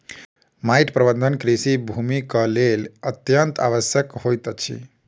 माइट प्रबंधन कृषि भूमिक लेल अत्यंत आवश्यक होइत अछि